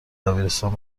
دبیرستان